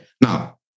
now